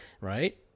right